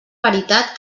veritat